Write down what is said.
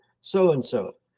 so-and-so